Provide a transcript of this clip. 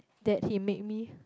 that he made me